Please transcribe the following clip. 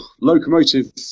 locomotive